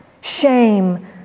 Shame